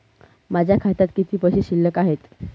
माझ्या खात्यात किती पैसे शिल्लक आहेत?